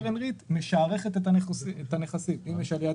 קרן ריט משערכת את הנכסים כך שאם יש עליית